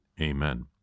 Amen